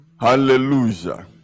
Hallelujah